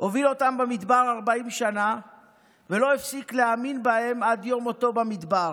הוביל אותם במדבר 40 שנה ולא הפסיק להאמין בהם עד יום מותו במדבר.